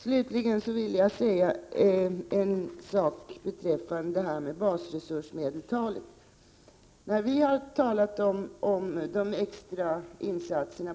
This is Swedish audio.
Slutligen beträffande basresursmedeltalet: Vi har sagt att man bör kunna Prot.